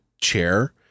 chair